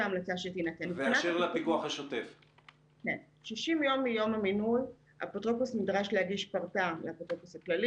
60 ימים מיום המינוי האפוטרופוס נדרש להגיש פרטה לאפוטרופוס הכללי,